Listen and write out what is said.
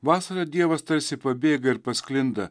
vasarą dievas tarsi pabėga ir pasklinda